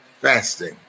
fasting